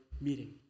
meeting